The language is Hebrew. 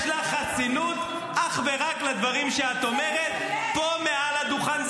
יש לך חסינות אך ורק לדברים שאת אומרת פה מעל הדוכן.